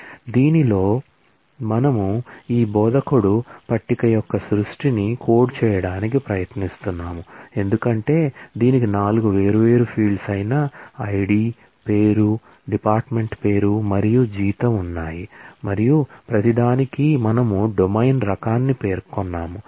కాబట్టి దీనిలో మనము ఈ బోధకుడు పట్టిక యొక్క సృష్టిని కోడ్ చేయడానికి ప్రయత్నిస్తున్నాము ఎందుకంటే దీనికి 4 వేర్వేరు ఫీల్డ్స్ ఐడి పేరు డిపార్ట్మెంట్ పేరు మరియు జీతం ఉన్నాయి మరియు ప్రతిదానికీ మనము డొమైన్ రకాన్ని పేర్కొన్నాము